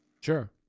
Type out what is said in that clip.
Sure